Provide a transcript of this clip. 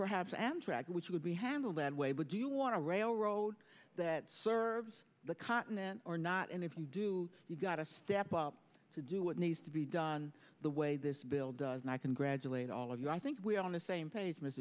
perhaps amtrak which would be handled that way but do you want to railroad that serves the continent or not and if you do you've got to step up to do what needs to be done the way this bill does and i congratulate all of you i think we are on the same page misused